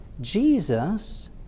Jesus